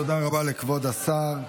תודה רבה לכבוד השר.